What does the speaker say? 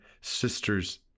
sisters